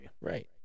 Right